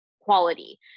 quality